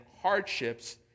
hardships